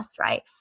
right